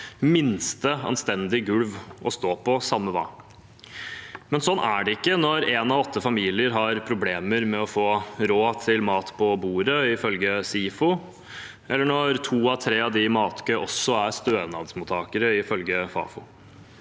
minste anstendig gulv å stå på – samme hva. Men sånn er det ikke når en av åtte familier har problemer med å få råd til mat på bordet, ifølge SIFO, eller når to av tre av dem i matkø også er stønadsmottakere, ifølge Fafo.